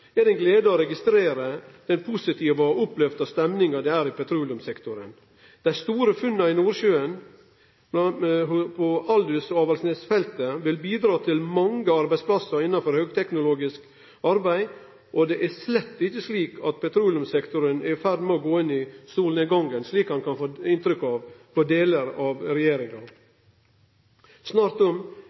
er ei glede å registrere den positive og opplyfta stemninga det er i petroleumssektoren. Dei store funna i Nordsjøen på Aldous-feltet og på Avaldsnes-feltet vil bidra til mange arbeidsplassar innanfor høgteknologisk arbeid. Det er slett ikkje slik at petroleumssektoren er i ferd med å gå inn i solnedgangen, slik ein kan få inntrykk av på delar av regjeringa – tvert om.